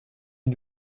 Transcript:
ils